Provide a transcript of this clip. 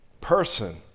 person